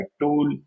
tool